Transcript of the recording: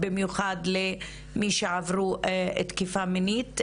במיוחד למי שעברו תקיפה מינית,